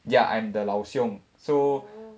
ya I'm the 老兄 so